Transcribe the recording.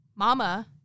Mama